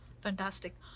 fantastic